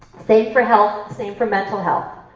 same for health, same for mental health,